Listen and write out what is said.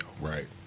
Right